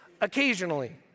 occasionally